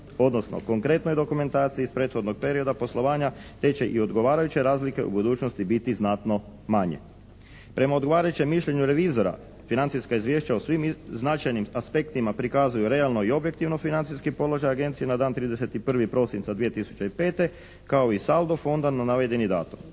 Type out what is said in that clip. odnosno konkretnoj dokumentaciji iz prethodnog perioda poslovanja te će i odgovarajuće razlike u budućnosti biti znatno manje. Prema odgovarajućem mišljenju revizora financijska izvješća o svim značajnim aspektima prikazuju realno i objektivno financijski položaj Agencije na nad 31. prosinca 2005. kao i saldo fonda na navedeni datum.